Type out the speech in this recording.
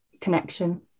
connection